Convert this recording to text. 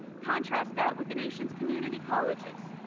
contrast that with the nation's community colleges,